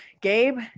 Gabe